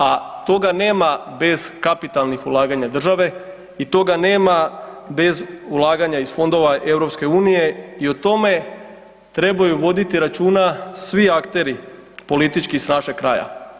A toga nema bez kapitalnih ulaganja države i toga nema bez ulaganja iz fondova EU i o tome trebaju voditi računa svi akteri politički s našeg kraja.